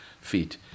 feet